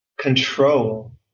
control